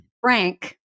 frank